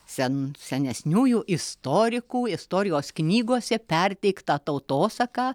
sen senesniųjų istorikų istorijos knygose perteiktą tautosaką